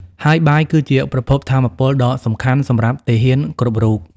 ហើយបាយគឺជាប្រភពថាមពលដ៏សំខាន់សម្រាប់ទាហានគ្រប់រូប។